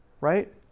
right